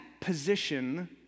position